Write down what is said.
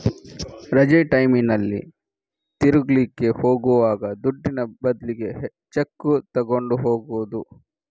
ರಜೆ ಟೈಮಿನಲ್ಲಿ ತಿರುಗ್ಲಿಕ್ಕೆ ಹೋಗುವಾಗ ದುಡ್ಡಿನ ಬದ್ಲಿಗೆ ಚೆಕ್ಕು ತಗೊಂಡು ಹೋಗುದು